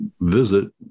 visit